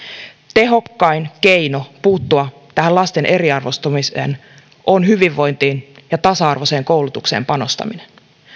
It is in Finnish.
tehokkain keino puuttua tähän lasten eriarvoistumiseen on hyvinvointiin ja tasa arvoiseen koulutukseen panostaminen